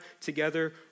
together